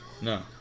No